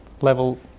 level